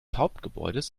hauptgebäudes